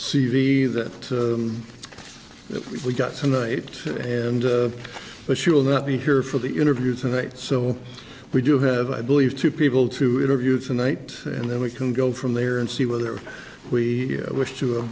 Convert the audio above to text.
v that we got tonight and but she will not be here for the interview tonight so we do have i believe two people to interview tonight and then we can go from there and see whether we wish to